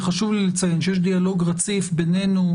וחשוב לי לציין שיש דיאלוג רציף בינינו,